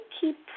keep